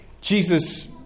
Jesus